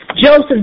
Joseph